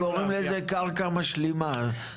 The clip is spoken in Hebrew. קוראים לזה קרקע משלימה,